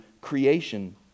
creation